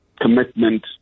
commitment